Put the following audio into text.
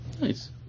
Nice